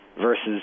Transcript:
versus